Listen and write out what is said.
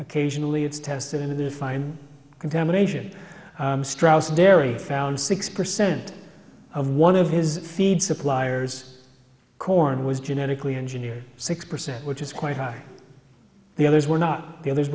occasionally it's tested in the fine contamination straus dairy found six percent of one of his feed suppliers corn was genetically engineered six percent which is quite high the others were not the others